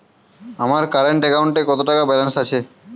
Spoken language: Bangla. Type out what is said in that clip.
আমার কারেন্ট অ্যাকাউন্টে কত টাকা ব্যালেন্স আছে?